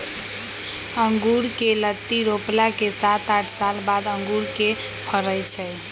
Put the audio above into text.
अँगुर कें लत्ति रोपला के सात आठ साल बाद अंगुर के फरइ छइ